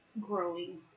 growing